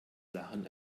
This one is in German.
lachen